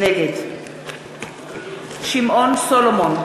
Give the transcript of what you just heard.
נגד שמעון סולומון,